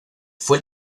fue